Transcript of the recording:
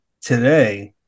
today